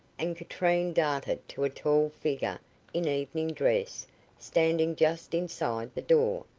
and katrine darted to a tall figure in evening dress standing just inside the door,